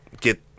get